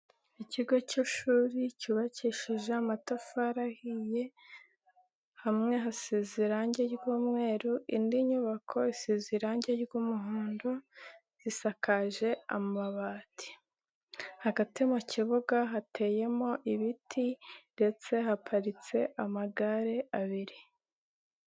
Ikigo cy'ishuri cyubakishije amatafari ahiye, hamwe hasize irangi ry'umweru indi nyubako isize irange ry'umuhondo, isakaje amabati. Hagati mu kibuga hateyemo ibiti ndetse haparitse amagare abiri.